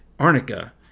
arnica